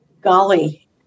Golly